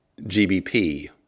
GBP